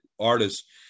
artists